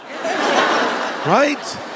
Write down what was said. right